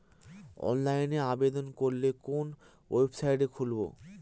অনলাইনে আবেদন করলে কোন ওয়েবসাইট খুলব?